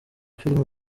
filimi